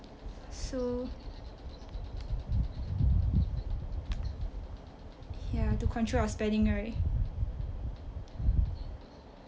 so ya to control our spending right